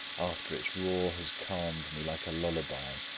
after its roar has calmed me like a lullaby,